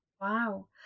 wow